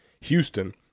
Houston